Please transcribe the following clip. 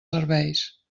serveis